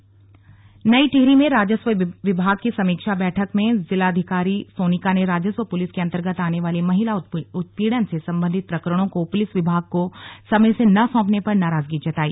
slug बैठक टिहरी नई टिहरी में राजस्व विभाग की समीक्षा बैठक में जिलाधिकारी सोनिका ने राजस्व पुलिस के अन्तर्गत आने वाले महिला उत्पीड़न से सम्बन्धित प्रकरणों को पुलिस विभाग को समय से न सौंपने पर नाराजगी जताई